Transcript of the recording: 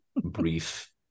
brief